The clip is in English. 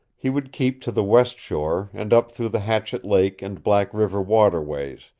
he would keep to the west shore, and up through the hatchet lake and black river waterways,